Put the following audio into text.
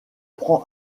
prend